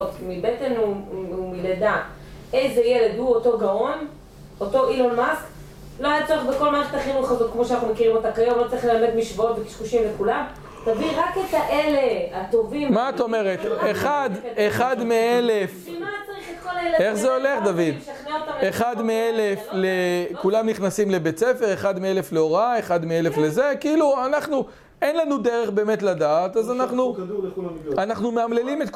מבטן ומלידה איזה ילד הוא אותו גאון? אותו אילון מאסק? לא היה צורך בכל מערכת החינוך הזאת כמו שאנחנו מכירים אותה כיום לא צריך ללמד משוואות וקשקושים לכולם. תביא רק את האלה הטובים מה את אומרת? אחד, אחד מאלף איך זה הולך דוד? אחד מאלף לכולם נכנסים לבית ספר אחד מאלף להוראה, אחד מאלף לזה כאילו אנחנו, אין לנו דרך באמת לדעת, אז אנחנו, אנחנו מאמללים את כולם